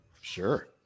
Sure